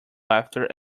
laughter